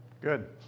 Good